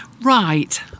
Right